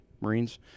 Marines